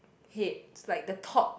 head like the top